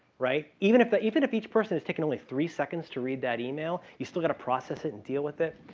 right? even if that even if each person has taken only three seconds to read that email, you still got to process it and deal with it.